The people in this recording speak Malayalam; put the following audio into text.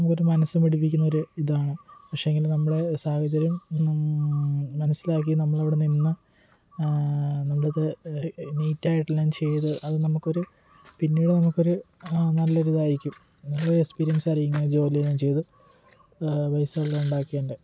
നമുക്കൊരു മനസ്സ് മടിപ്പിക്കുന്നൊരു ഇതാണ് പക്ഷേങ്കില് നമ്മളെ സാഹചര്യം മനസ്സിലാക്കി നമ്മളവിടെ നിന്ന് നമ്മളത് നീറ്റായിട്ടെല്ലാം ചെയ്ത് അത് നമുക്കൊരു പിന്നീട് നമുക്കൊരു നല്ലൊരിതായിരിക്കും നല്ലൊരു എക്സ്പീരിയൻസായിരിക്കും ജോലിയെല്ലാം ചെയ്ത് പൈസ എല്ലാം ഉണ്ടാക്കിയതിൻ്റെ